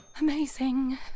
Amazing